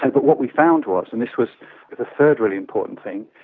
and but what we found was, and this was the third really important thing,